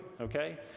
okay